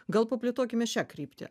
gal paplėtokime šią kryptį